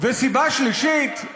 סיבה שלישית,